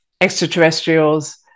extraterrestrials